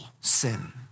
sin